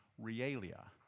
realia